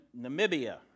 Namibia